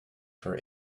for